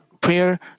prayer